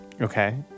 Okay